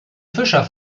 fischer